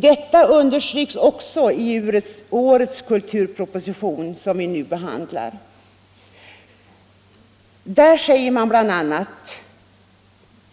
Detta understryks också i årets kulturproposition, som vi nu behandlar. Där sägs bl.a.: